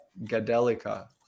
Gadelica